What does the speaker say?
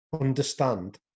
understand